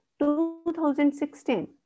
2016